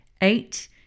Eight